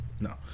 No